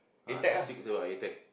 ah six I also got high tech